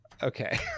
okay